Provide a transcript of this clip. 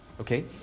okay